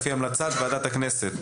לפי המלצת ועדת הכנסת.